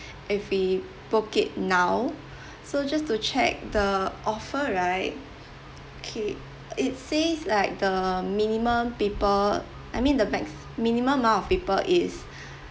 if we book it now so just to check the offer right K it says like the minimum people I mean the max~ minimum amount of people is